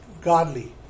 godly